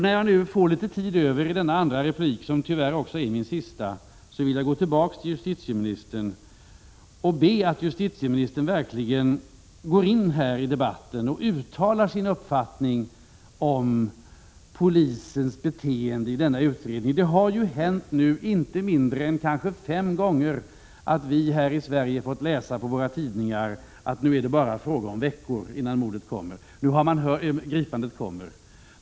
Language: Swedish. När jag nu får litet tid över i denna andra replik, som tyvärr också är min sista, vill jag vända mig till justitieministern och be att justitieministern verkligen går in här i debatten och uttalar sin uppfattning om polisens beteende i denna utredning. Det har ju nu hänt inte mindre än kanske fem gånger att vi här i Sverige fått läsa i våra tidningar att det bara är fråga om veckor innan gripandet kommer.